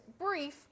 brief